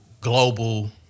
global